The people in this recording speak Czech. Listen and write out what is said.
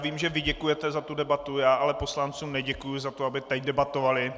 Vím, že vy děkujete za tu debatu, já ale poslancům neděkuji za to, aby teď debatovali.